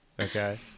Okay